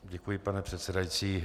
Děkuji, pane předsedající.